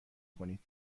کنید